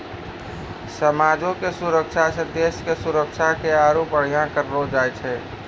समाजो के सुरक्षा से देशो के सुरक्षा के आरु बढ़िया करलो जाय छै